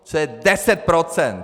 To je deset procent!